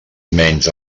menys